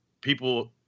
people